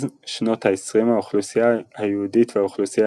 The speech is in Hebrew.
אז שנות ה-20 האוכלוסייה היהודית והאוכלוסייה